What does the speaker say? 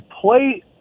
play